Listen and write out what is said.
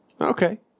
Okay